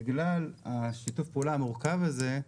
בגלל שיתוף הפעולה המורכב הזה,